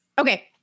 Okay